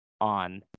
on